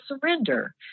surrender